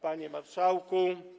Panie Marszałku!